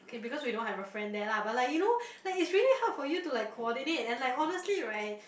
okay because we don't have a friend there lah but like you know that is very hard for you to like coordinate and honestly right